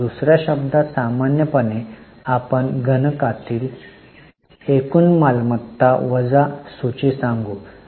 दुसर्या शब्दात सामान्यपणे आपण गणकातील एकूण एकूण मालमत्ता वजा सूची सांगू शकतो